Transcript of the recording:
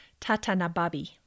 Tatanababi